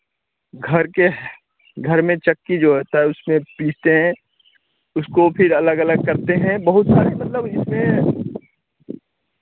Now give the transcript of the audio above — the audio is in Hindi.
घर के घर में चक्की जो होता है उसमें पीसते हैं उसको फिर अलग अलग करते हैं बहुत सारे मतलब इसमें